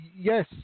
yes